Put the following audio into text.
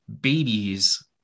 babies